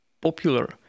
popular